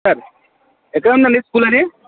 sir ఎక్కడ ఉందండి school అది